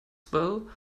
swell